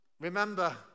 Remember